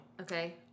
Okay